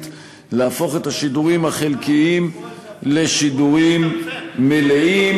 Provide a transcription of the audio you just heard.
ולהפוך את השידורים החלקיים לשידורים מלאים.